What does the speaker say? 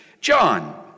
John